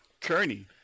Kearney